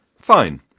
Fine